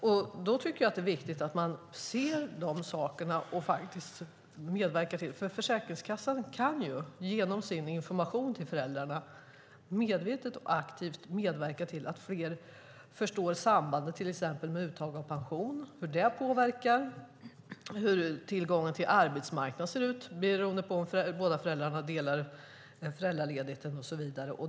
Jag tycker att det är viktigt att man ser det. Försäkringskassan kan ju genom sin information till föräldrarna medvetet och aktivt medverka till att fler förstår sambandet och vad som påverkar, till exempel uttag av pension, tillgången till arbetsmarknaden, om föräldrarna delar på föräldraledigheten och så vidare.